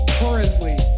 currently